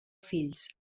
fills